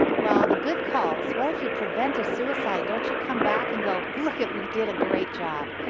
well the good calls, what if you prevent a suicide, don't you come back and go look at we did a great job.